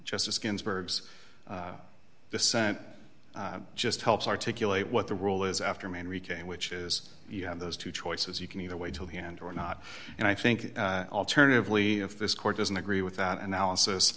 justice ginsburg's the scent just helps articulate what the rule is after me and retain which is you have those two choices you can either way till the end or not and i think alternatively if this court doesn't agree with that analysis